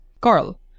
Carl